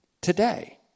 Today